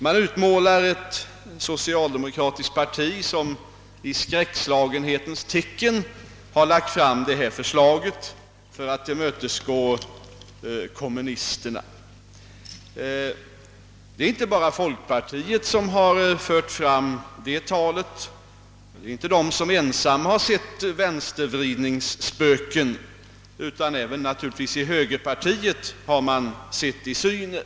Man utmålar ett socialdemokratiskt parti som i skräckslagenhetens tecken lagt fram detta förslag för att tillmötesgå kommunisterna. Det är inte bara folkpartiet som fört sådant tal och sett vänstervridningsspöken. Även i högerpartiet har man »sett i syne».